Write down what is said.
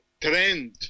trend